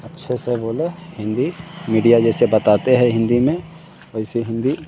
अच्छे से बोलें हिन्दी मिडिया जैसे बताते हैं हिन्दी में वैसे हिन्दी